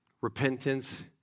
repentance